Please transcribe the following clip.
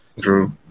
True